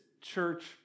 church